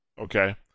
Okay